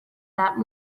that